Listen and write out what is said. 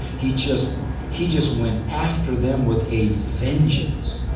he just. he just went after them with a vengeance.